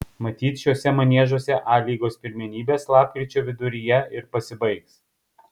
matyt šiuose maniežuose a lygos pirmenybės lapkričio viduryje ir pasibaigs